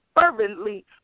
fervently